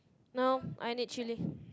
now I need chilli